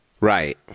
Right